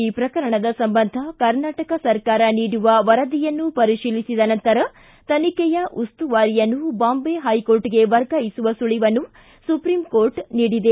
ಈ ಪ್ರಕರಣದ ಸಂಬಂಧ ಕರ್ನಾಟಕ ಸರ್ಕಾರ ನೀಡುವ ವರದಿಯನ್ನು ಪರಿಶೀಲಿಸಿದ ನಂತರ ತನಿಖೆಯ ಉಸ್ತುವಾರಿಯನ್ನು ಬಾಂಬೆ ಹೈಕೋರ್ಟ್ಗೆ ವರ್ಗಾಯಿಸುವ ಸುಳಿವನ್ನು ಸುಪ್ರೀಂಕೋರ್ಟ್ ನೀಡಿದೆ